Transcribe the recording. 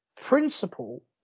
principle